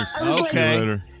Okay